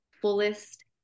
fullest